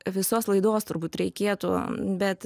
visos laidos turbūt reikėtų bet